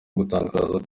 gutangaza